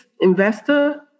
investor